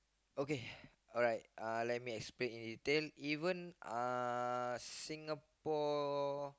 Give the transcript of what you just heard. okay alright uh let me explain in detail even uh Singapore